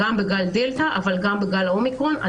גם בגל הדלתא אבל גם בגל האומיקרון,